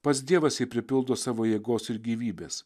pats dievas jį pripildo savo jėgos ir gyvybės